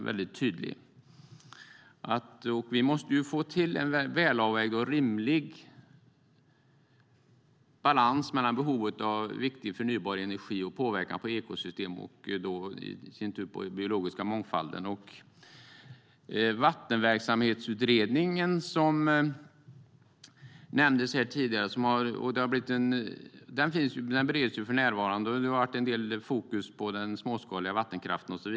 Vi måste få till en välavvägd och rimlig balans mellan behovet av viktig förnybar energi och påverkan på ekosystem och i sin tur på den biologiska mångfalden. Vattenverksamhetsutredningen nämndes tidigare, och utredningen bereds för närvarande. Nu har det varit en del fokus på den småskaliga vattenkraften.